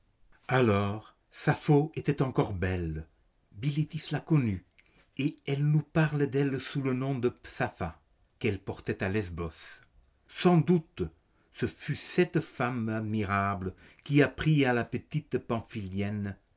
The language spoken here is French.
alors sapphô était encore belle bilitis l'a connue et elle nous parle d'elle sous le nom de psappha quelle portait à lesbos sans doute ce fut cette femme admirable qui apprit à la petite